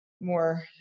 more